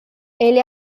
ele